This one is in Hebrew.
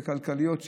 השלכות כלכליות,